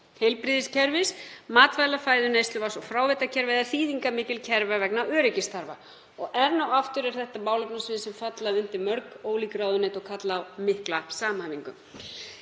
heilbrigðiskerfis, matvæla, fæðu, neysluvatns og fráveitukerfa eða þýðingarmikilla kerfa vegna öryggisþarfa. Enn og aftur eru þetta málefnasvið sem falla undir mörg ólík ráðuneyti og kalla á mikla samhæfingu.